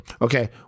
Okay